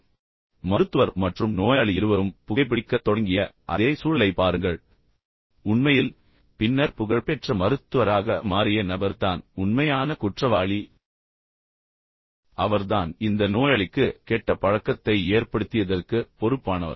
இப்போது மருத்துவர் மற்றும் நோயாளி இருவரும் புகைபிடிக்கத் தொடங்கிய அதே சூழலைப் பாருங்கள் உண்மையில் பின்னர் புகழ்பெற்ற மருத்துவராக மாறிய நபர் தான் உண்மையான குற்றவாளி அவர் தான் இந்த நோயாளிக்கு கெட்ட பழக்கத்தை ஏற்படுத்தியதற்கு பொறுப்பானவர்